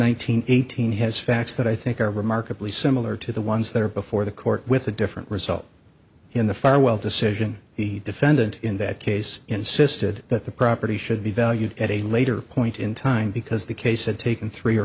hundred eighteen has facts that i think are remarkably similar to the ones that are before the court with a different result in the farwell decision the defendant in that case insisted that the property should be valued at a later point in time because the case had taken three or